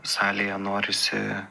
salėje norisi